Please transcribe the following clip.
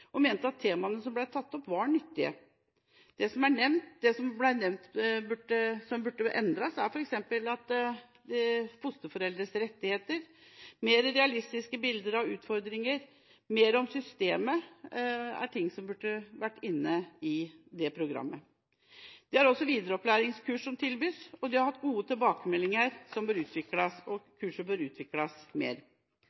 og mente at temaene som ble tatt opp, var nyttige. Det som er nevnt – og som burde endres – er f.eks. det med fosterforeldres rettigheter, og at det burde gis mer realistiske bilder av utfordringer og av systemet. Dette er ting som burde vært inne i dette programmet. Videreopplæringskursene som tilbys, har fått gode tilbakemeldinger, og kursene bør utvikles